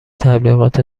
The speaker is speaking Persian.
تبلیغات